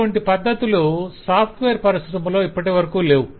ఇటువంటి పద్ధతులు సాఫ్ట్వేర్ పరిశ్రమలో ఇప్పటివరకూ లేవు